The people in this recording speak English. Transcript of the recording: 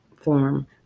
form